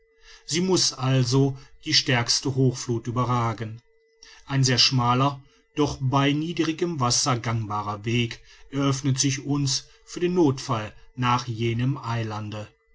sie muß also auch die stärkste hochfluth überragen ein sehr schmaler doch bei niedrigem wasser gangbarer weg eröffnet sich uns für den nothfall nach jenem eilande